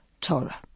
Torah